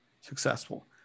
successful